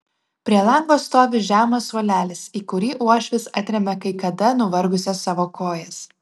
prie lango stovi žemas suolelis į kurį uošvis atremia kai kada nuvargusias savo kojas